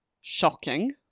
Shocking